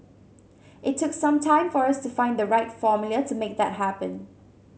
it took some time for us to find the right formula to make that happen